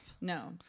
No